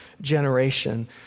generation